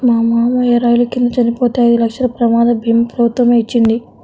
మా మావయ్య రైలు కింద చనిపోతే ఐదు లక్షల ప్రమాద భీమా ప్రభుత్వమే ఇచ్చింది